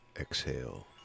exhale